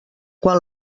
quan